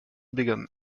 begun